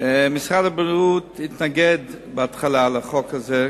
משרד הבריאות התנגד בהתחלה לחוק הזה,